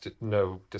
no